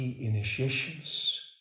initiations